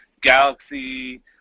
Galaxy